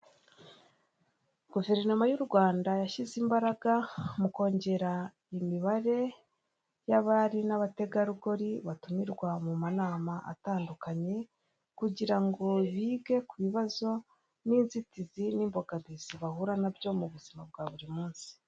Guverinoma y'u Rwanda yashyize imbaraga mu kongera imibare y'abari n'abategarugori batumirwa mu manama atandukanye kugira ngo bige ku bibazo n'inzitizi n'imbogamizi bahura nabyo, mu buzima bwa buri munsi.